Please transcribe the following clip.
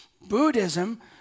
Buddhism